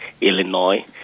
illinois